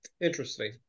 Interesting